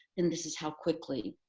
and this is how quickly